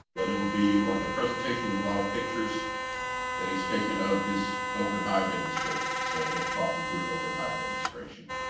but it will be like a presentation with a lot of pictures that he's taken of his open hive demonstration so he'll talk you through an open hive demonstration.